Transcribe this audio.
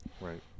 Right